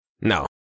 No